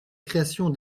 création